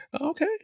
Okay